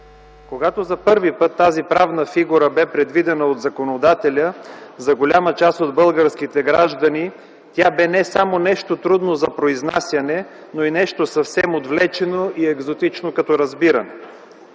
Когато за първи път тази правна фигура бе предвидена от законодателя, за голяма част от българските граждани тя бе не само нещо трудно за произнасяне, но и нещо съвсем отвлечено и екзотично като разбиране.